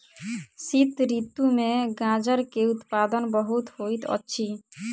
शीत ऋतू में गाजर के उत्पादन बहुत होइत अछि